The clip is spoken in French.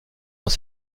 dans